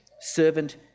servant